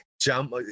jump